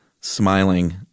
smiling